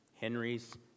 Henry's